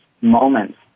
moments